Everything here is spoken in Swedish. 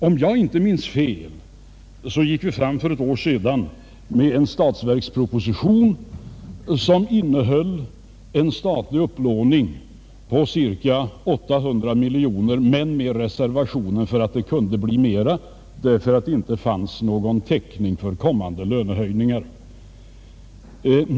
Om jag inte minns fel gick vi för ett år sedan fram med en statsverksproposition för 1970/71 som innehöll en statlig upplåning på ca 800 miljoner kronor men med reservationer för att det kunde bli mer, eftersom det inte fanns någon täckning för kommande lönehöjningar.